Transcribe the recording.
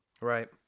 Right